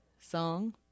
song